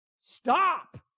stop